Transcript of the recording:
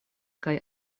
kaj